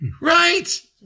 right